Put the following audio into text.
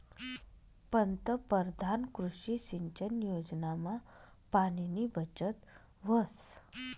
पंतपरधान कृषी सिंचन योजनामा पाणीनी बचत व्हस